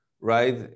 Right